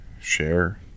share